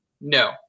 no